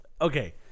Okay